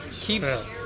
keeps